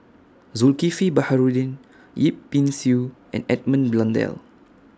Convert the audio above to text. Zulkifli Baharudin Yip Pin Xiu and Edmund Blundell